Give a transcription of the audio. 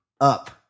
up